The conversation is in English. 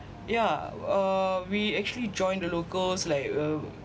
yeah uh we actually join the locals like uh